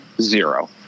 Zero